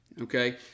Okay